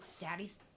daddy's